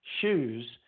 shoes